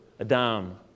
Adam